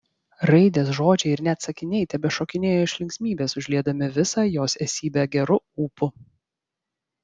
raidės žodžiai ir net sakiniai tebešokinėjo iš linksmybės užliedami visą jos esybę geru ūpu